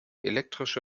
elektrische